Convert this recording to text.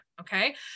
Okay